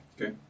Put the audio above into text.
Okay